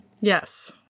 Yes